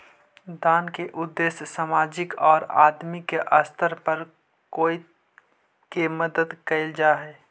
दान के उद्देश्य सामाजिक औउर आदमी के स्तर पर कोई के मदद कईल जा हई